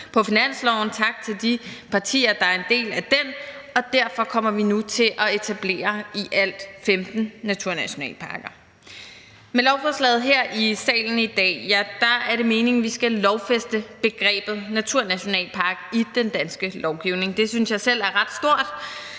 på finansloven, og tak til de partier, der er en del af den. Derfor kommer vi nu til at etablere i alt 15 naturnationalparker. Med lovforslaget her i salen i dag er det meningen, at vi skal lovfæste begrebet naturnationalpark i den danske lovgivning. Det synes jeg selv er ret stort.